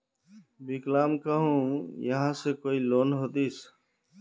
विकलांग कहुम यहाँ से कोई लोन दोहिस?